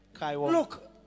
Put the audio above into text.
Look